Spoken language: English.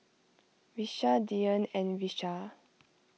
Vishal Dhyan and Vishal